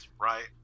right